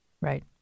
right